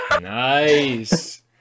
Nice